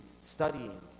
studying